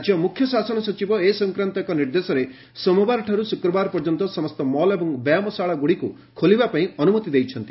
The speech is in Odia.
ରାଜ୍ୟ ମୁଖ୍ୟ ଶାସନ ସଚିବ ଏ ସଂକ୍ରାନ୍ତ ଏକ ନିର୍ଦ୍ଦେଶରେ ସୋମବାରଠାରୁ ଶୁକ୍ରବାର ପର୍ଯ୍ୟନ୍ତ ସମସ୍ତ ମଲ୍ ଏବଂ ବ୍ୟାୟାମଶାଳାଗୁଡ଼ିକୁ ଖୋଲିବାପାଇଁ ଅନୁମତି ଦେଇଛନ୍ତି